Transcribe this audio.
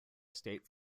estate